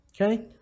Okay